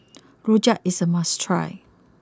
Rojak is a must try